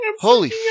Holy